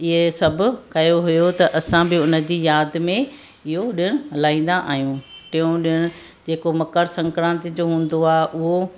इहे सभु कयो हुयो त असां बि उन जी यादि में इहो ॾिणु मल्हाईंदा आहियूं टियों ॾिणु जेको मकर संक्राति जो हूंदो आहे उहो